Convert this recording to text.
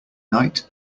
night